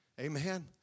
Amen